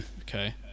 Okay